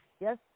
Yes